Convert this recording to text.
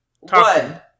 One